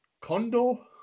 condo